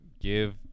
Give